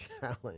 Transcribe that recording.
challenge